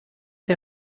der